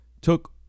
took